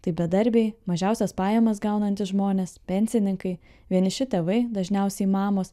tai bedarbiai mažiausias pajamas gaunantys žmonės pensininkai vieniši tėvai dažniausiai mamos